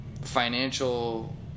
financial